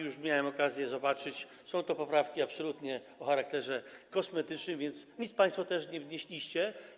Już miałem okazję zobaczyć i są to poprawki absolutnie o charakterze kosmetycznym, więc nic państwo też nie wnieśliście.